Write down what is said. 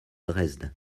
dresde